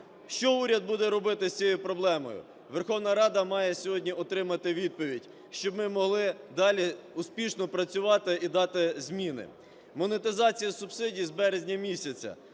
Що уряд буде робити з цією проблемою? Верховна Рада має сьогодні отримати відповідь, щоб ми могли далі успішно працювати і дати зміни. Монетизація субсидій з березня місяця